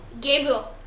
Gabriel